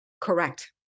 Correct